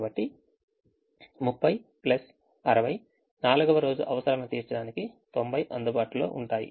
కాబట్టి 30 ప్లస్ 60 నాల్గవ రోజు అవసరాలను తీర్చడానికి 90 అందుబాటులో ఉంటాయి